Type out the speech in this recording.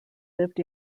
lived